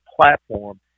platform